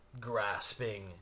grasping